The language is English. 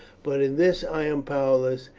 but in this i am powerless,